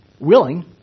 willing